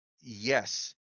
Yes